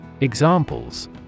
Examples